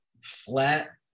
flat